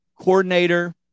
coordinator